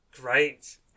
Great